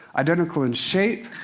identical in shape,